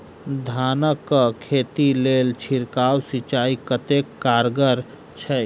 धान कऽ खेती लेल छिड़काव सिंचाई कतेक कारगर छै?